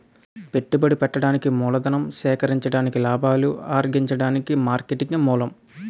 పెట్టుబడి పెట్టడానికి మూలధనం సేకరించడానికి లాభాలు అర్జించడానికి మార్కెటింగే మూలం